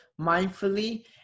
mindfully